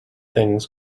things